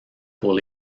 pour